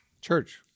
church